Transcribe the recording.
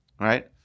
right